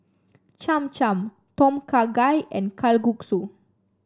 Cham Cham Tom Kha Gai and Kalguksu